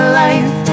life